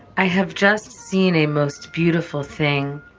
i have just seen a most beautiful thing,